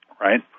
right